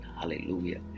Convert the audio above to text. Hallelujah